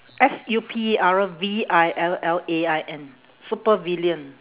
S U P E R V I L L A I N supervillain